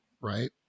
right